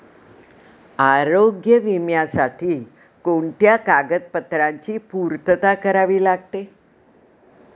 आरोग्य विम्यासाठी कोणत्या कागदपत्रांची पूर्तता करावी लागते?